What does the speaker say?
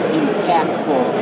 impactful